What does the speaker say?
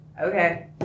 okay